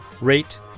rate